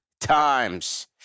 times